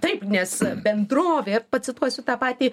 taip nes bendrovė pacituosiu tą patį